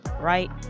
right